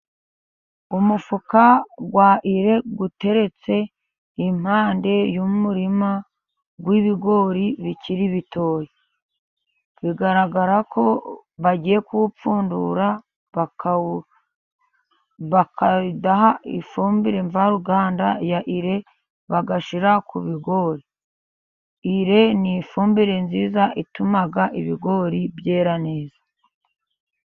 Umufuka wa ire uteretse impande y'umurima w'ibigori bikiri bitoya. Bigaragara ko bagiye kuwupfundura bakadaha ifumbire mvaruganda ya ire, bagashyira ku bigori. Ire ni ifumbire nziza ituma ibigori byera neza.